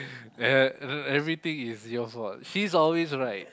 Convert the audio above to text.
they have and then everything is yours what he's always right